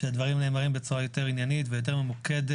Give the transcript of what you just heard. שהדברים נאמרים בצורה עניינית יותר וממוקדת